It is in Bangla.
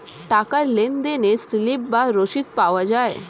টাকার লেনদেনে স্লিপ বা রসিদ পাওয়া যায়